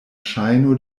ŝajno